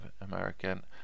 American